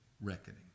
reckoning